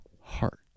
Heart